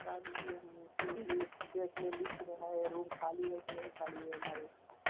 बता दीजिए हम इसी लिए देख लेँ लिस्ट में है रूम ख़ाली है कि नहीं ख़ाली है हमारे